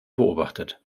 beobachtet